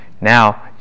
now